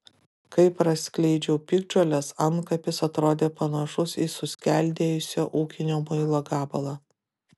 kai praskleidžiau piktžoles antkapis atrodė panašus į suskeldėjusio ūkinio muilo gabalą